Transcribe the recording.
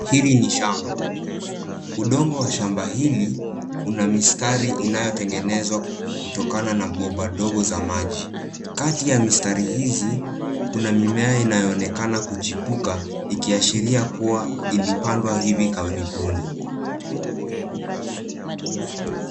Hili ni shamba. Udongo wa shamba hili una mistari uliotengenezwa kutokana na bomba ndogo za maji. Kati ya mistari hizi, kuna mimea inayoonekana kuchipuka ikiashiria kuwa ilipandwa hivi karibuni.